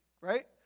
right